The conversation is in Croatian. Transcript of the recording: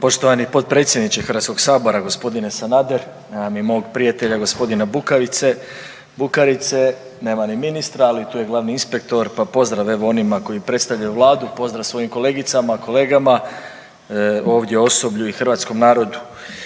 Poštovani potpredsjedniče Hrvatskoga sabora gospodine Sanader. Nema mi mog prijatelja gospodina Bukarice. Nema ni ministra, ali tu je glavni inspektor pa pozdrav evo onima koji predstavljaju Vladu, pozdrav svojim kolegicama, kolegama, ovdje osoblju i hrvatskom narodu.